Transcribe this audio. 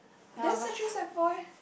then sec three sec four eh